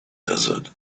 desert